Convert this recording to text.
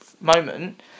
moment